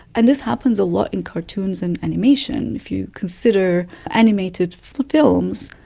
and this happens a lot in cartoons and animation. if you consider animated films,